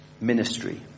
ministry